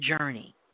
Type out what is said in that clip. journey